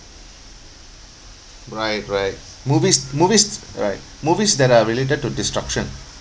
right right movies movies right movies that are related to destruction